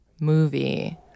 movie